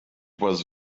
was